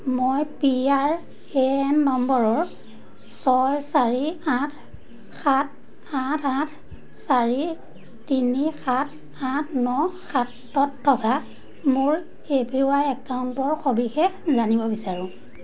মই P R A N নম্বৰৰ ছয় চাৰি আঠ সাত আঠ আঠ চাৰি তিনি সাত আঠ ন সাতত থকা মোৰ এ পি ৱাই একাউণ্টৰ সবিশেষ জানিব বিচাৰোঁ